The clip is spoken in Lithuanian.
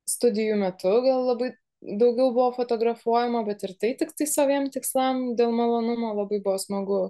studijų metu labai daugiau buvo fotografuojama bet ir tai tiktai saviem tikslam dėl malonumo labai buvo smagu